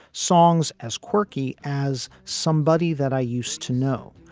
songs as quirky as somebody that i used to know,